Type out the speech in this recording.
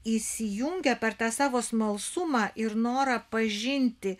įsijungia per tą savo smalsumą ir norą pažinti